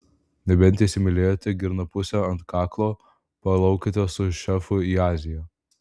nebent įsimylėjote girnapusę ant kaklo plaukiate su šefu į aziją